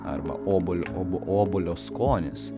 arba obolio obo obuolio skonis